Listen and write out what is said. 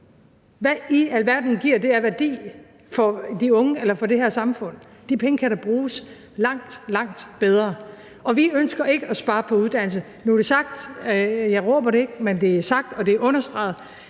Hvad i alverden giver det af værdi for de unge eller for det her samfund? De penge kan da bruges langt, langt bedre. Vi ønsker ikke at spare på uddannelse. Nu er det sagt. Jeg råber det ikke, men det er sagt, og det er understreget.